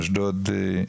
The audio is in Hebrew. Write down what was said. אשדוד?